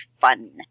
fun